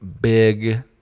big